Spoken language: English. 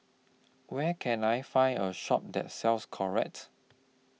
Where Can I Find A Shop that sells Caltrate